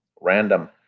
random